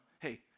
hey